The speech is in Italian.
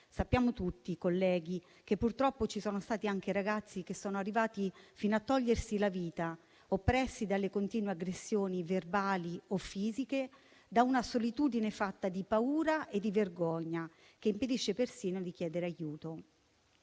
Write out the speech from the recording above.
Sappiamo tutti, colleghi, che purtroppo alcuni ragazzi sono arrivati fino a togliersi la vita, oppressi dalle continue aggressioni verbali o fisiche, da una solitudine fatta di paura e di vergogna che impedisce persino di chiedere aiuto;